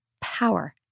power